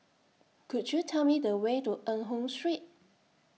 Could YOU Tell Me The Way to Eng Hoon Street